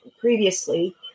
previously